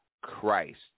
Christ